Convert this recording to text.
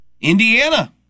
Indiana